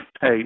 Hey